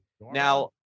Now